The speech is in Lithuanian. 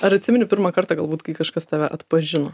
ar atsimeni pirmą kartą galbūt kai kažkas tave atpažino